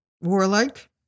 warlike